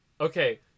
Okay